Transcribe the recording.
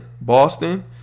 Boston